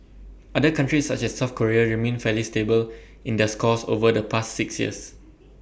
other countries such as south Korea remained fairly stable in their scores over the past six years